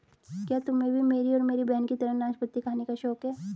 क्या तुम्हे भी मेरी और मेरी बहन की तरह नाशपाती खाने का शौक है?